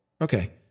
Okay